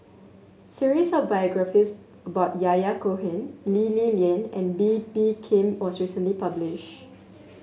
series of biographies about Yahya Cohen Lee Li Lian and Bee Bee Khim was recently publish